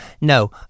No